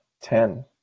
ten